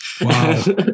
Wow